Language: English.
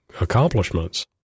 accomplishments –